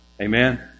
Amen